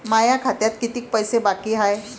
माया खात्यात कितीक पैसे बाकी हाय?